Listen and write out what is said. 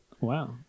Wow